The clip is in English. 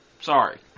Sorry